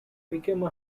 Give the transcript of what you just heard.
became